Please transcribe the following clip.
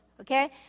okay